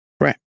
Right